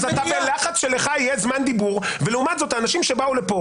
אתה בלחץ שלך יהיה זמן דיבור ולעומת זאת האנשים שבאו לפה